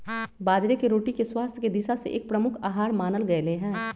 बाजरे के रोटी के स्वास्थ्य के दिशा से एक प्रमुख आहार मानल गयले है